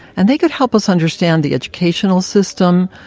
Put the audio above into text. and they could help us understand the educational system,